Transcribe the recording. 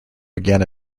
began